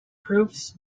proofs